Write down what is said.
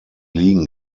ligen